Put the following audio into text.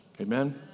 amen